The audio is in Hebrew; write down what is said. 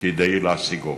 כדי להשיגו.